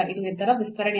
ಇದು ಇದರ ವಿಸ್ತರಣೆಯಾಗಿದೆ